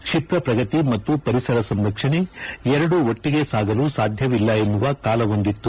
ಕ್ಷಿಪ್ರ ಪ್ರಗತಿ ಮತ್ತು ಪರಿಸರ ಸಂರಕ್ಷಣೆ ಎರಡೂ ಒಟ್ಟಿಗೆ ಸಾಗಲು ಸಾಧ್ಯವಿಲ್ಲ ಎನ್ನುವ ಕಾಲವೊಂದಿತ್ತು